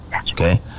okay